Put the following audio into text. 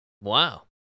Wow